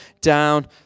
down